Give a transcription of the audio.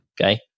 Okay